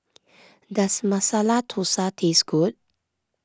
does Masala Thosai taste good